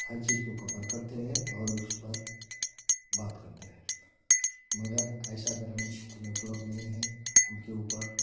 हर चीज को कवर करते हैं और उस पर बात करते हैं मगर ऐसा ग्रामीण क्षेत्र में उपलब्ध नहीं है उनके ऊपर